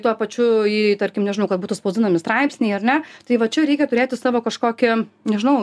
tuo pačiu į tarkim nežinau kad būtų spausdinami straipsniai ar ne tai va čia reikia turėti savo kažkokį nežinau